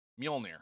Mjolnir